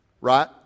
right